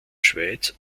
schweiz